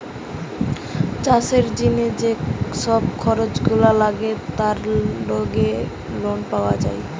চাষের জিনে যে সব খরচ গুলা লাগে তার লেগে লোন পাওয়া যায়